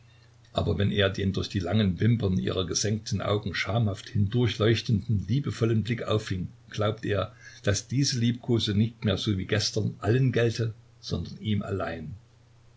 aber wenn er den durch die langen wimpern ihrer gesenkten augen schamhaft hindurchleuchtenden liebevollen blick auffing glaubte er daß diese liebkosung nicht mehr so wie gestern allen gelte sondern ihm allein